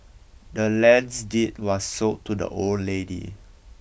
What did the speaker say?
the land's deed was sold to the old lady